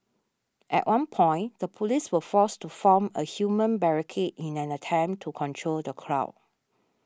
at one point the police were forced to form a human barricade in an attempt to control the crowd